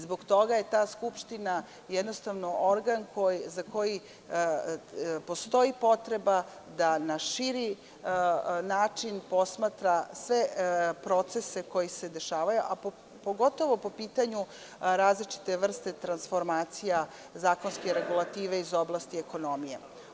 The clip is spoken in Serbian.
Zbog toga je ta skupština jednostavno organ za koji postoji potreba da na širi način posmatra sve procese koji se dešavaju, a pogotovo po pitanju različite vrste transformacija zakonske regulative iz oblasti ekonomije.